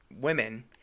women